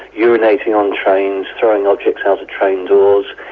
urinating on trains, throwing objects out of train doors,